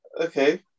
Okay